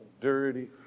Dirty